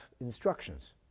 instructions